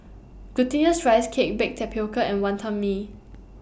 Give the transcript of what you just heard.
Glutinous Rice Cake Baked Tapioca and Wantan Mee